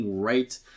right